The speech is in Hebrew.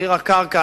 מחיר הקרקע,